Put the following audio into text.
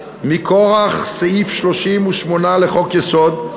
מכורח סעיף 38 לחוק-יסוד: